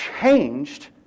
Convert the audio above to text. changed